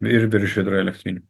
ir virš hidroelektrinių